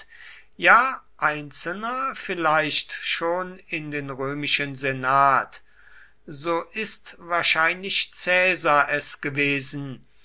ja einzelner vielleicht schon in den römischen senat so ist wahrscheinlich caesar es gewesen